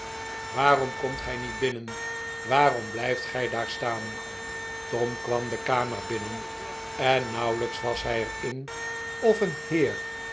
waarom komt gij niet binnen waarom blijft gij daar staan tom kwam de kamer binnen en nauwelijks was hij er in of een heer